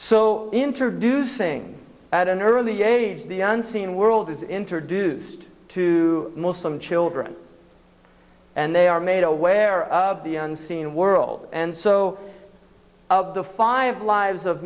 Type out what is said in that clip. so introducing at an early age the unseen world is introduced to muslim children and they are made aware of the unseen world and so of the five lives of